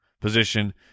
position